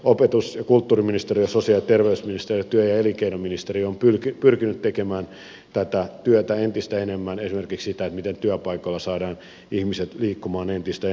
opetus ja kulttuuriministeriö sosiaali ja terveysministeriö ja työ ja elinkeinoministeriö ovat pyrkineet tekemään tätä työtä entistä enemmän esimerkiksi sitä miten työpaikoilla saadaan ihmiset liikkumaan entistä enemmän